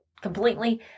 completely